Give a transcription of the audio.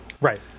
Right